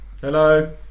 hello